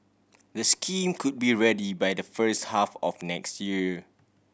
the scheme could be ready by the first half of next year